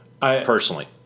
personally